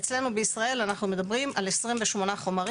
אצלנו בישראל אנחנו מדברים על 28 חומרים.